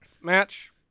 match